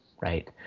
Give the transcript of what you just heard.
right